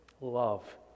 Love